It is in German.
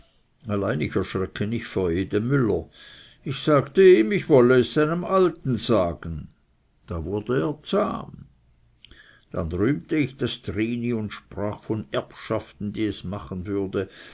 ich erschrecke nicht vor jedem müller ich sagte ihm ich wolle es seinem alten sagen da wurde er zahm dann rühmte ich trini und sprach von erbschaften die es machen würde